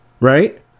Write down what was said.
Right